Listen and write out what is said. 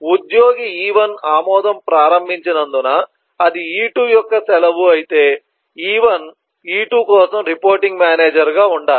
ఉద్యోగి E1 ఆమోదం ప్రారంభించినందున అది E2 యొక్క సెలవు అయితే E1 E2 కోసం రిపోర్టింగ్ మేనేజర్గా ఉండాలి